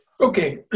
Okay